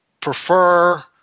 prefer